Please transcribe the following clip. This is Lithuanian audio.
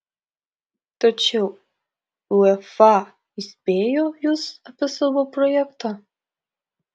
tačiau uefa įspėjo jus apie savo projektą